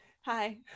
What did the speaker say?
Hi